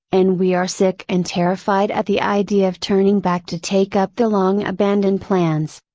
and we are sick and terrified at the idea of turning back to take up the long abandoned plans.